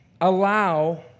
allow